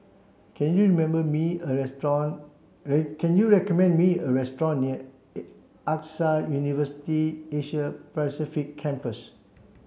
can you member me a restaurant can you recommend me a restaurant near AXA University Asia Pacific Campus